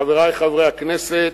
חברי חברי הכנסת,